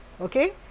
okay